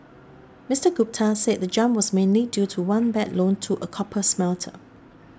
Mister Gupta said the jump was mainly due to one bad loan to a copper smelter